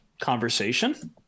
conversation